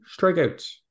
strikeouts